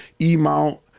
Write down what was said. E-mount